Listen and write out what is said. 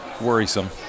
Worrisome